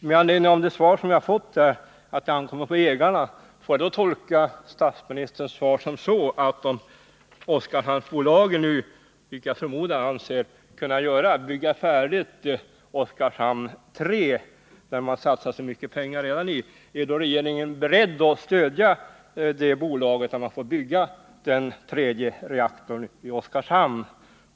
Med anledning av det som står i svaret, att det ankommer på ägarna till den tolfte reaktorn att avgöra om programmet skall förverkligas fullt ut, vill jag fråga statsministern: Om Oskarshamnsbolaget nu, vilket jag förmodar, anser sig kunna bygga färdig Oskarshamn 3 där man redan satsat så mycket pengar, är regeringen då beredd att stödja bolaget så att det får bygga denna tredje reaktor i Oskarshamn?